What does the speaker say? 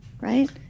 right